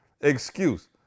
Excuse